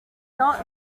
not